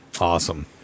Awesome